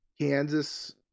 Kansas